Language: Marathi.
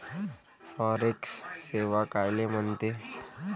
फॉरेक्स सेवा कायले म्हनते?